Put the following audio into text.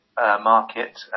market